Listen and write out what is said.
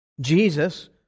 Jesus